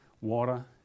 Water